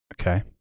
Okay